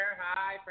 Hi